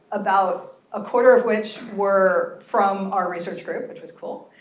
about a quarter of which were from our research group. which was cool.